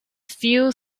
few